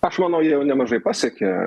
aš manau jie jau nemažai pasiekė